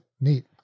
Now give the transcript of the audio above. neat